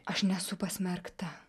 aš nesu pasmerkta